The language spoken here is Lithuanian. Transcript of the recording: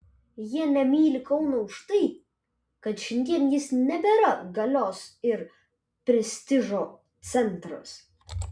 jie nemyli kauno už tai kad šiandien jis nebėra galios ir prestižo centras